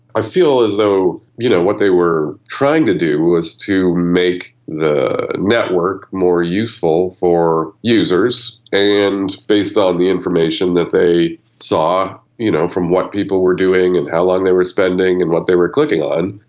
i feel as though you know what they were trying to do was to make the network more useful for users, and based on the information that they saw you know from what people were doing and how long they were spending and what they were clicking on,